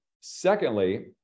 Secondly